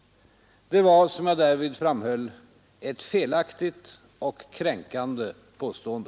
Det var, som jag därvid framhöll, ett felaktigt och kränkande påstående.